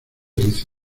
lic